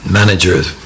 managers